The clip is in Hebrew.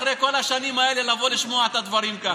אחרי כל השנים האלה לבוא ולשמוע את הדברים ככה.